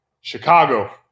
Chicago